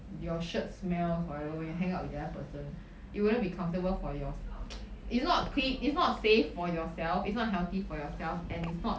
your shirt smells or whatever when you hang out with other person you wouldn't be comfortable for yours it's not clea~ it's not safe for yourself it's not healthy for yourself and it's not